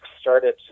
started